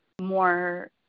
more